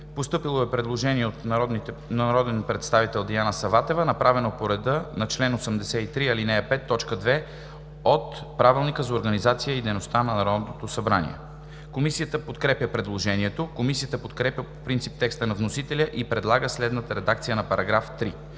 По § 1 има предложение от народния представител Светлана Ангелова, направено по реда на чл. 83, ал. 5, т. 2 от Правилника за организацията и дейността на Народното събрание. Комисията подкрепя предложението. Комисията подкрепя по принцип текста на вносителя и предлага следната редакция на § 1: „§ 1.